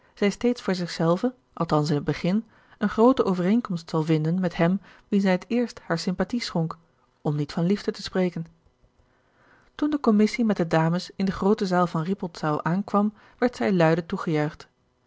zij steeds voor zich zelve althans in het begin eene groote overeenkomst zal vinden met hem wien zij het eerst hare sympathie schonk om niet van liefde te spreken toen de commissie met de dames in de groote zaal van rippoldsau aankwam werd zij luide